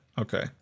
Okay